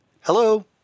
Hello